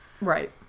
Right